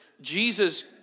Jesus